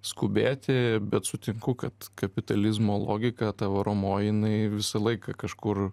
skubėti bet sutinku kad kapitalizmo logika ta varomoji jinai visą laiką kažkur